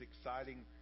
exciting